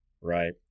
right